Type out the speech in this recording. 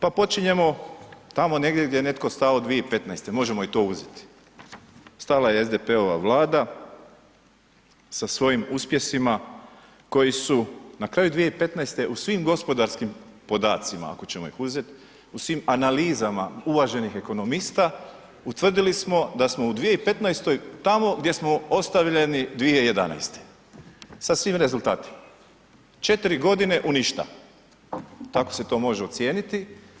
Pa počinjemo tamo negdje gdje je netko stao 2015. možemo i to uzeti, stala je SDP-ova vlada sa svojim uspjesima koji su na kraju 2015. u svim gospodarskim podacima, ako ćemo ih uzet, u svim analizama uvaženih ekonomista, utvrdili smo da smo u 2015. tamo gdje smo ostavljeni 2011. sa svim rezultatima, 4 godine u ništa tako se to može ocijeniti.